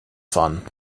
fun